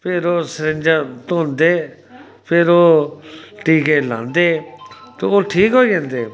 फिर ओह् सरिंजां धोंदे फिर ओह् टीके लांदे ते ओह् ठीक होई जंदे